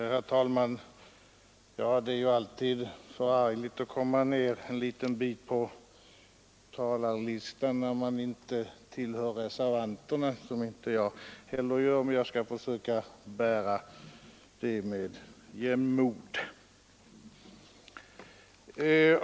Herr talman! Det är ju alltid förargligt att komma en liten bit ned på talarlistan därför att man inte tillhör reservanterna, som inte heller jag gör, men jag skall försöka bära det med jämnmod.